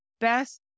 best